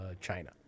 china